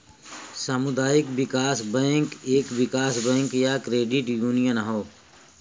सामुदायिक विकास बैंक एक विकास बैंक या क्रेडिट यूनियन हौ